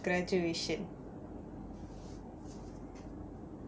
graduation